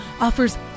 offers